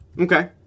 Okay